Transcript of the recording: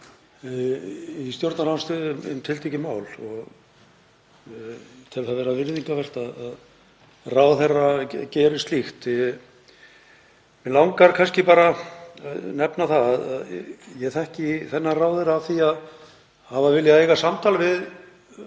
í stjórnarandstöðu um tiltekið mál og tel það vera virðingarvert að ráðherra geri slíkt. Mig langar kannski bara að nefna að ég þekki þennan ráðherra að því að hafa viljað eiga samtal við